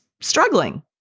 struggling